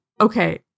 okay